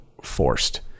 forced